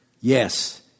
Yes